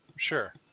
Sure